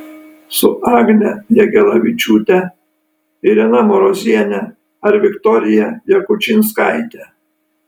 su agne jagelavičiūte irena maroziene ar viktorija jakučinskaite